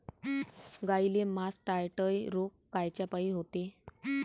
गाईले मासटायटय रोग कायच्यापाई होते?